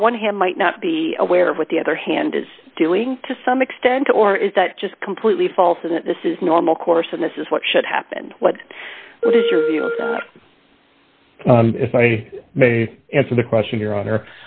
like one hand might not be aware of what the other hand is doing to some extent or is that just completely false and that this is normal course and this is what should happen what a loser if i may answer the question your honor